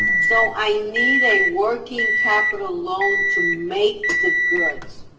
so i need a working capital loan to make the goods.